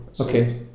Okay